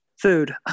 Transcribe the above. food